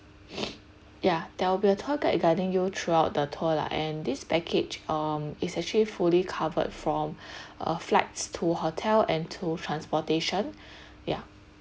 ya there'll be a tour guide guiding you throughout the tour lah and this package um is actually fully covered from uh flights to hotel and to transportation ya